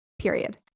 period